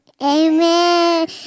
Amen